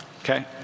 okay